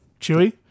Chewy